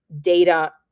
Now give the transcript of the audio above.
data